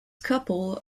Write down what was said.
couple